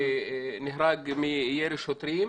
שנהרג מירי שוטרים,